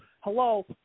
Hello